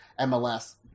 MLS